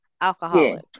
alcoholic